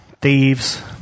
Thieves